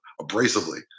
abrasively